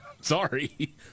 Sorry